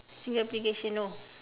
single application no